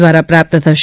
દ્વારા પ્રાપ્ત થશે